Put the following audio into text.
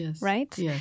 right